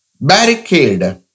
Barricade